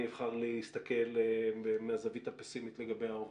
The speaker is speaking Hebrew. אני אבחר להסתכל מהזווית הפסימית לגבי ההווה.